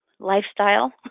lifestyle